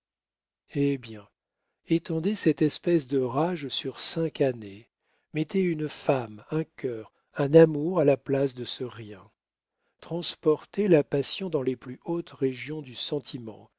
eh bien étendez cette espèce de rage sur cinq années mettez une femme un cœur un amour à la place de ce rien transportez la passion dans les plus hautes régions du sentiment